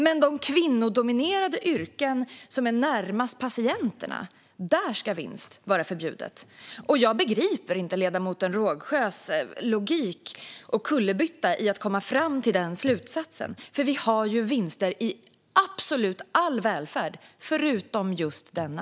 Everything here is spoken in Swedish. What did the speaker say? Men när det gäller kvinnodominerade yrken som är närmast patienterna ska vinst vara förbjudet. Jag begriper inte ledamoten Rågsjös logik och kullerbytta när hon kommer fram till den slutsatsen. Vi har vinster i absolut all välfärd, förutom i just denna.